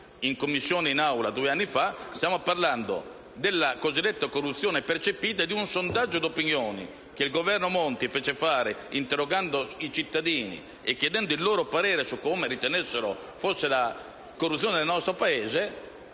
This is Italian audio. in Commissione e in Aula due anni fa, della cosiddetta corruzione percepita e di un sondaggio di opinione che il Governo Monti commissionò interrogando i cittadini e chiedendo il loro parere su quale ritenessero fosse la corruzione del nostro Paese;